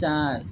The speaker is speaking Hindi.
चार